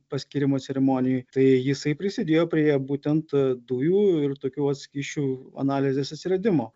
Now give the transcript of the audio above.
paskyrimo ceremonijoj tai jisai prisidėjo prie būtent dujų ir tokių vat skysčių analizės atsiradimo